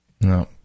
no